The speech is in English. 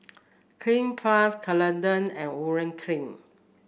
Cleanz Plus Ceradan and Urea Cream